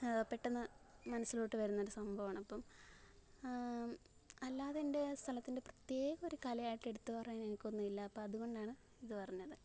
പെട്ടെന്ന് മനസിലോട്ട് വരുന്നൊരു സംഭവമാണ് അപ്പോള് അല്ലാതെ എൻ്റെ സ്ഥലത്തിൻ്റെ പ്രത്യേക ഒരു കലയായിട്ടെടുത്തുപറയാൻ ഞങ്ങള്ക്കൊന്നുമില്ല അപ്പോഴതുകൊണ്ടാണ് ഇത് പറഞ്ഞത്